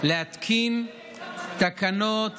לתקן תקנות